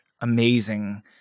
amazing